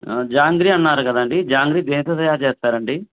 జాంగ్రీ అన్నారు కదండి జాంగ్రి దేనితో తయారు చేస్తారు అండి